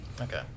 Okay